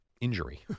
injury